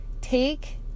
take